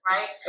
Right